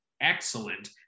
excellent